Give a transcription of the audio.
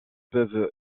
bâtiments